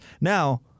Now